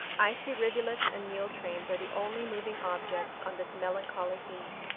icy rivulets and mule-trains are the only moving objects on this melancholy heath.